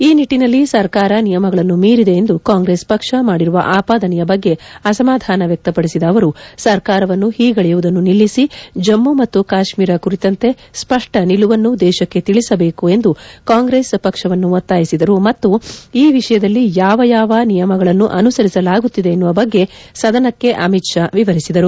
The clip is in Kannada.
ಈ ನಿಟ್ಟಿನಲ್ಲಿ ಸರ್ಕಾರ ನಿಯಮಗಳನ್ನು ಮೀರಿದೆ ಎಂದು ಕಾಂಗ್ರೆಸ್ ಪಕ್ಷ ಮಾಡಿರುವ ಆಪಾದನೆಯ ಬಗ್ಗೆ ಅಸಮಾಧಾನ ವ್ಯಕ್ತಪಡಿಸಿದ ಅವರು ಸರ್ಕಾರವನ್ನು ಹೀಗಳೆಯುವುದನ್ನು ನಿಲ್ಲಿಸಿ ಜಮ್ಮು ಮತ್ತು ಕಾಶ್ಲೀರ ಕುರಿತಂತೆ ಸ್ಪಷ್ಸ ನಿಲುವನ್ನು ದೇಶಕ್ಕೆ ತಿಳಿಸಬೇಕು ಎಂದು ಕಾಂಗ್ರೆಸ್ ಪಕ್ಷವನ್ನು ಒತ್ತಾಯಿಸಿದರು ಮತ್ತು ಈ ವಿಷಯದಲ್ಲಿ ಯಾವ ಯಾವ ನಿಯಮಗಲನ್ನು ಅನುಸರಿಸಲಾಗುತ್ತಿದೆ ಎನ್ನುವ ಬಗ್ಗೆ ಸದನಕ್ಕೆ ಅಮಿತ್ ಶಾ ವಿವರಿಸಿದರು